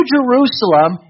Jerusalem